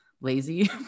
lazy